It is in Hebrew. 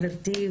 גברתי,